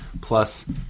Plus